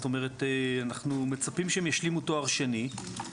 אנחנו מצפים שהם ישלימו תואר שני.